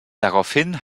daraufhin